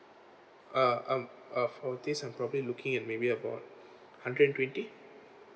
uh uh uh for this I'm probably looking at maybe about hundred and twenty